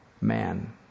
man